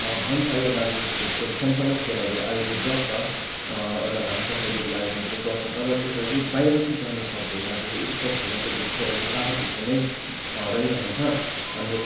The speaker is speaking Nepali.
भन्छ यहाँ दार्जिलिङतिर खेल सानसानो खेलहरू आयोजित गर्छ एउटा भाषाशैलीको बारेमा पनि गर्छ तर त्यसमा चाहिँ बाहिर बाहिर चाहिँ जान सक्दैन त्यो स्कोप छैन त्यो भित्र यो पाहाडभित्र नै रहिरहन्छ अनि